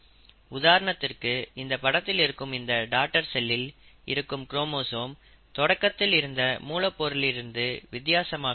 உதாரணத்திற்கு இந்த படத்தில் இருக்கும் இந்த டாடர் செல்லில் இருக்கும் குரோமோசோம் தொடக்கத்தில் இருந்த மூலப் பொருளிலிருந்து வித்தியாசமாகவே இருக்கும்